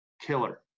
killer